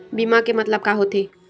बीमा के मतलब का होथे?